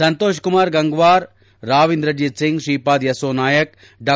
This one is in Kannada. ಸಂತೋಷ್ ಕುಮಾರ್ ಗಂಗ್ವಾರ್ ರಾವ್ ಇಂದ್ರಜಿತ್ ಸಿಂಗ್ ಶ್ರೀಪಾದ್ ಯೆಸ್ತೋ ನಾಯಕ್ ಡಾ